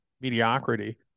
mediocrity